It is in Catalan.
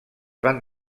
van